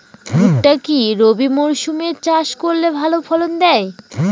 ভুট্টা কি রবি মরসুম এ চাষ করলে ভালো ফলন দেয়?